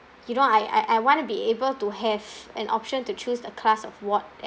you know I I I want to be able to have an option to choose the class of ward